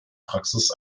praxis